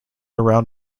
around